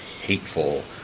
hateful